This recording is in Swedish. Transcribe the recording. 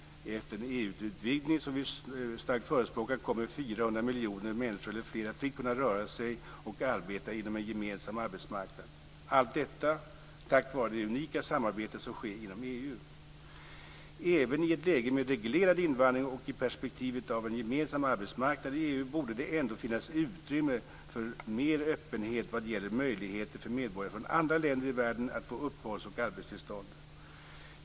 Efter en EU-utvidgning, som vi starkt förespråkar, kommer 400 miljoner människor eller fler att fritt kunna röra sig och arbeta inom den gemensamma arbetsmarknaden - allt detta tack vare det unika samarbete som sker inom EU. Även i ett läge med reglerad invandring och i perspektivet av en gemensam arbetsmarknad i EU borde det ändå finnas utrymme för mer öppenhet vad gäller möjligheter för medborgare från andra länder i världen att få uppehålls och arbetstillstånd.